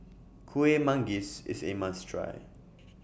Kueh Manggis IS A must Try